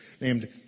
named